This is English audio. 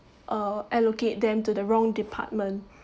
uh allocate them to the wrong department